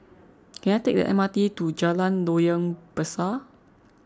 can I take the M R T to Jalan Loyang Besar